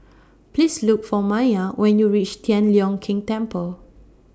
Please Look For Maia when YOU REACH Tian Leong Keng Temple